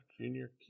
junior